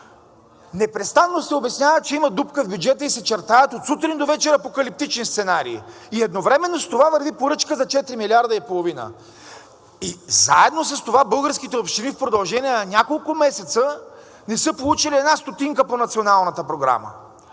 Непрестанно се обяснява, че има дупка в бюджета и се чертаят от сутрин до вечер апокалиптични сценарии и едновременно с това върви поръчка за четири милиарда и половина. И заедно с това българските общини в продължение на няколко месеца не са получили една стотинка по Националната програма.